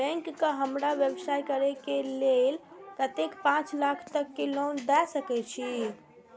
Bank का हमरा व्यवसाय करें के लेल कतेक पाँच लाख तक के लोन दाय सके छे?